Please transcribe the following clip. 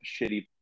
shitty